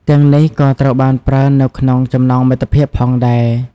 ទាំងនេះ ក៏ត្រូវបានប្រើនៅក្នុងចំណងមិត្តភាពផងដែរ។